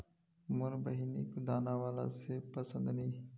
मोर बहिनिक दाना बाला सेब पसंद नी